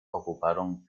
ocuparon